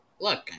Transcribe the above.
look